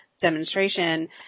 demonstration